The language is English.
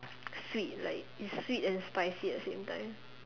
sweet like it's sweet and spicy at the same time